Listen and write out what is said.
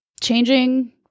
changing